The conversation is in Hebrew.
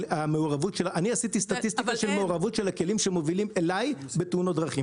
אני עשיתי סטטיסטיקה של מעורבות של הכלים שמובילים אלי בתאונות דרכים,